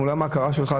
מעולם ההכרה שלך,